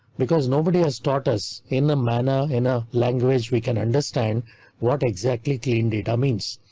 because nobody has taught us in a manner in a language we can understand what exactly clean data means.